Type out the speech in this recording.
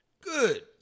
Good